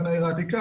בין העיר העתיקה,